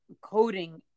coding